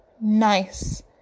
nice